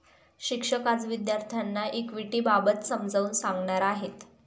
शिक्षक आज विद्यार्थ्यांना इक्विटिबाबत समजावून सांगणार आहेत